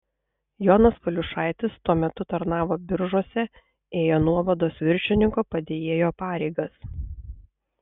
jonas valiušaitis tuo metu tarnavo biržuose ėjo nuovados viršininko padėjėjo pareigas